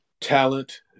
talent